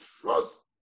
Trust